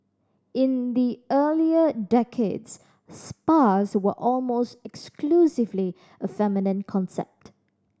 in the earlier decades spas were almost exclusively a feminine concept